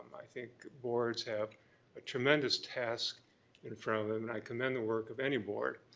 i think boards have a tremendous task in front of them, and i commend the work of any board.